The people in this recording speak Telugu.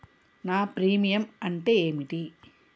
నా ప్రీమియం అంటే ఏమిటి?